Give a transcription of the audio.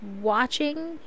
watching